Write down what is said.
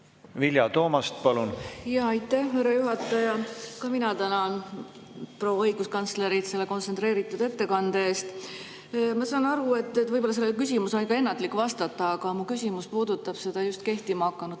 Vilja Toomast, palun! Aitäh, härra juhataja! Ka mina tänan proua õiguskantslerit selle kontsentreeritud ettekande eest. Ma saan aru, et võib-olla sellele küsimuse on ennatlik vastata, aga mu küsimus puudutab äsja kehtima hakanud